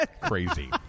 Crazy